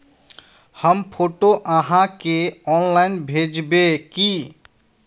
हम फोटो आहाँ के ऑनलाइन भेजबे की?